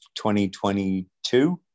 2022